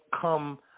come